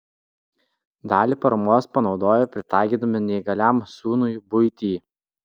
dalį paramos panaudojo pritaikydami neįgaliam sūnui buitį